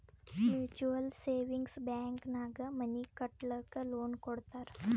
mutual savings bank ನಾಗ್ money ಕಟ್ಟಲಕ್ಕ್ loan ಕೊಡ್ತಾರ್